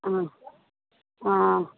ஆ